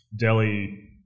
Delhi